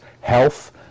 health